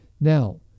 Now